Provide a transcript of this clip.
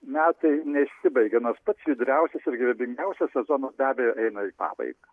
metai nesibaigia nors pats judriausias ir gyvybingiausias sezonas be abejo eina į pabaigą